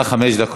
בבקשה, חמש דקות.